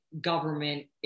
government